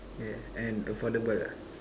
yeah and affordable ah